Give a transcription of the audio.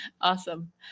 Awesome